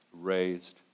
raised